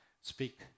Speak